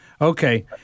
Okay